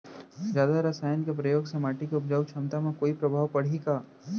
जादा रसायन के प्रयोग से माटी के उपजाऊ क्षमता म कोई प्रभाव पड़ही का?